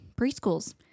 preschools